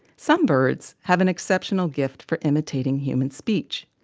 some birds have an exceptional gift for imitating human speech.